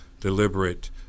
deliberate